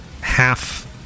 half